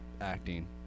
acting